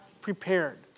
prepared